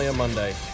monday